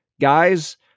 Guys